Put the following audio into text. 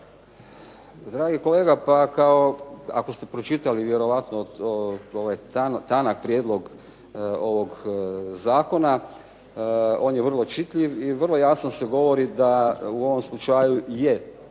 Dragi kolega, pa ako ste pročitali ovaj tanak prijedlog ovog zakona, on je vrlo čitljiv i vrlo jasno se govori da u ovom slučaju je